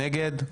מי נגד?